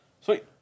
Sweet